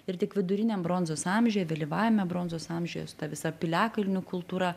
ir tik viduriniam bronzos amžiuje vėlyvajame bronzos amžiuje su ta visa piliakalnių kultūra